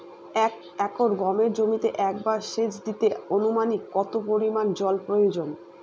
এক একর গমের জমিতে একবার শেচ দিতে অনুমানিক কত পরিমান জল প্রয়োজন?